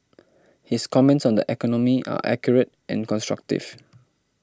his comments on the economy are accurate and constructive